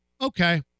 okay